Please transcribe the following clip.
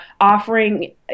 offering